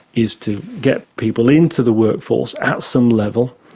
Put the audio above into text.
is to get people into the workforce at some level,